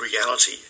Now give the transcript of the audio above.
reality